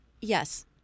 yes